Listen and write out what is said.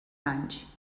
anys